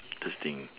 interesting